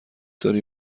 داری